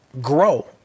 grow